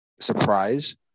surprise